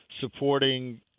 supporting